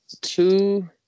two